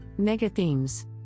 Megathemes